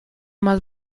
más